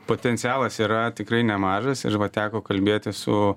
potencialas yra tikrai nemažas ir va teko kalbėtis su